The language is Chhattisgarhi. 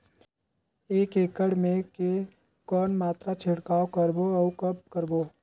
एक एकड़ मे के कौन मात्रा छिड़काव करबो अउ कब करबो?